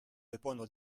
répondre